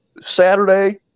Saturday